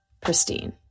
pristine